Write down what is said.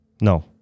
No